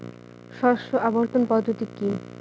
শস্য আবর্তন পদ্ধতি কি?